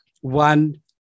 one